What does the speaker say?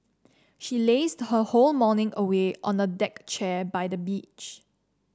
she lazed her whole morning away on a deck chair by the beach